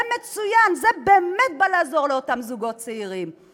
זה מצוין, זה באמת בא לעזור לאותם זוגות צעירים.